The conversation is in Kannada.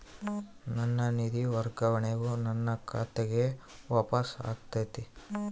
ನನ್ನ ನಿಧಿ ವರ್ಗಾವಣೆಯು ನನ್ನ ಖಾತೆಗೆ ವಾಪಸ್ ಆಗೈತಿ